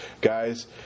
guys